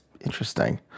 interesting